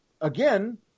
again